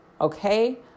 Okay